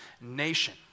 nation